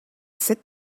sit